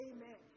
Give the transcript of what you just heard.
Amen